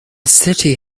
city